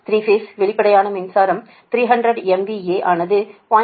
3 phase வெளிப்படையான மின்சாரம் 300 MVA ஆனது 0